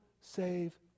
save